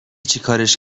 چیکارش